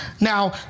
now